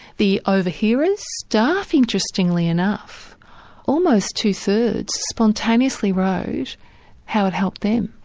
the overhearers, staff, interestingly enough almost two thirds spontaneously wrote how it helped them.